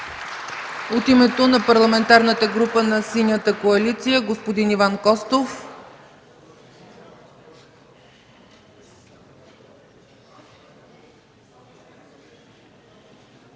От името на Парламентарната група на Синята коалиция – господин Иван Костов.